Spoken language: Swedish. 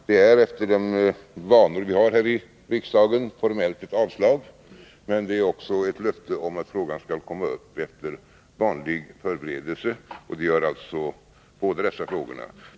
Det är, efter de vanor vi har här i riksdagen, formellt ett avslag, men det är också ett löfte om att båda dessa frågor skall komma upp till behandling efter vanlig förberedelse.